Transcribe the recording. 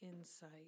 insight